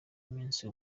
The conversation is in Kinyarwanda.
umunsi